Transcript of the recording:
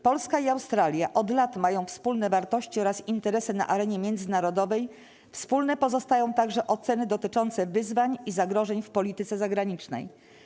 Polska i Australia od lat mają wspólne wartości oraz interesy na arenie międzynarodowej, wspólne pozostają także oceny dotyczące wyzwań i zagrożeń w polityce zagranicznej.